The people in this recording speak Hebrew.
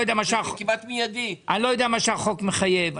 החוק מחייב,